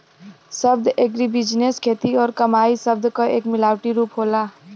शब्द एग्रीबिजनेस खेती और कमाई शब्द क एक मिलावटी रूप होला